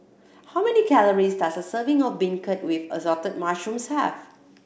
how many calories does a serving of beancurd with Assorted Mushrooms have